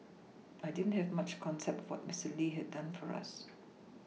I didn't have much concept for Mister Lee had done for us